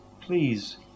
Please